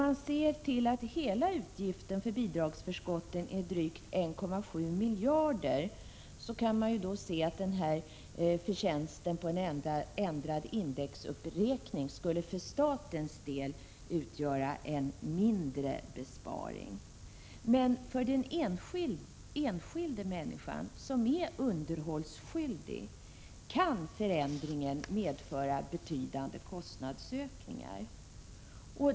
Men eftersom hela utgiften för bidragsförskotten är drygt 1,7 miljarder kronor, kan man se att den här förtjänsten på en ändrad indexuppräkning skulle utgöra en mindre besparing för statens del. För den enskilda människan, som är underhållsskyldig, kan emellertid förändringen medföra betydande kostnadsökningar.